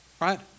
Right